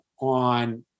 on